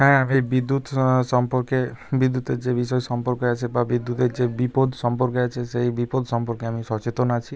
হ্যাঁ আমি বিদ্যুৎ সম্পর্কে বিদ্যুতের যে বিষয় সম্পর্কে আছে বা বিদ্যুতের যে বিপদ সম্পর্কে আছে সেই বিপদ সম্পর্কে আমি সচেতন আছি